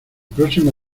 próxima